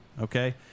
okay